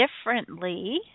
differently